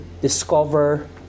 discover